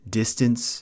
distance